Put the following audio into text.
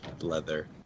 leather